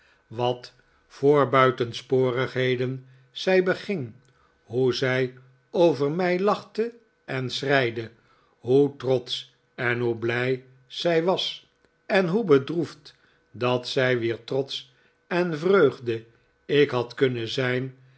wat voor buitensporigheden zij beging hoe zij over mij lachte en schreide hoe trotsch en hoe blij zij was en hoe bedroefd dat zij wier trots en vreugde ik had kunnen zijn